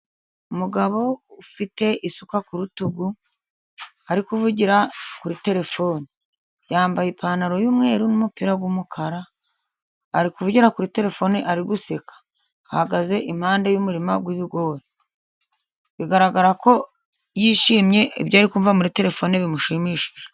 Umugabo ufite isuka ku rutugu, ari kuvugira kuri telefone. Yambaye ipantaro y'umweru n'umupira w'umukara. Ari kuvugira kuri telefone ari guseka. Ahagaze impande y'umurima w'ibigori. Bigaragara ko yishimye, ibyo ari kumva muri telefone bimushimishije.